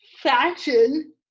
Fashion